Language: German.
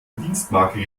dienstmarke